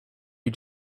you